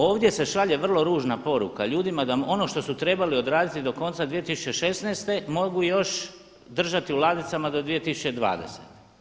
Ovdje se šalje vrlo ružna poruka ljudima da ono što su trebali odraditi do konca 2016. mogu još držati u ladicama do 2020.